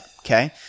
Okay